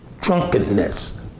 drunkenness